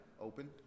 open